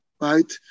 Right